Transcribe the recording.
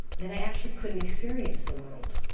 that i actually couldn't experience the world.